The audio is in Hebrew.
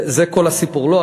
לא.